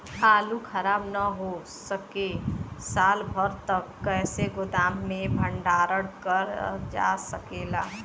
आलू खराब न हो सके साल भर तक कइसे गोदाम मे भण्डारण कर जा सकेला?